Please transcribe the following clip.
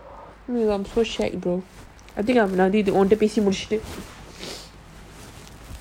dude I'm so shag bro I think I'm உங்கிட்டபேசிமுடிச்சிட்டு:ungakita pesi mudichitu